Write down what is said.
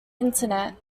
internet